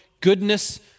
goodness